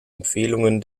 empfehlungen